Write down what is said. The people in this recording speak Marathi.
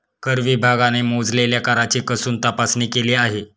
कर विभागाने मोजलेल्या कराची कसून तपासणी केली आहे